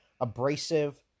abrasive